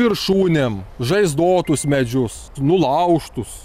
viršūnėm žaizdotus medžius nulaužtus